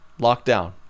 Lockdown